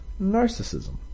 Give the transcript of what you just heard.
narcissism